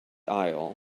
aisle